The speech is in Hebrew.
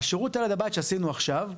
בשירות ליד הבית שעשינו עכשיו,